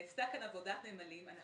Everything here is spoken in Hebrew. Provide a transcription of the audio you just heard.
נעשתה כאן עבודת נמלים.